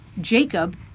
Jacob